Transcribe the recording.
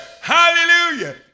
Hallelujah